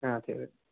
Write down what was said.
ഹ അതെ അതെ